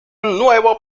nuevo